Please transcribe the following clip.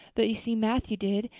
but you see matthew did.